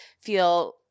feel –